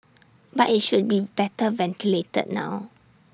but IT should be better ventilated now